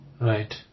Right